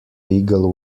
legal